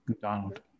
Donald